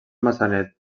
maçanet